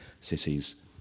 cities